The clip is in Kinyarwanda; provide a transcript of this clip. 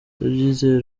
ndabyizeye